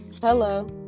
hello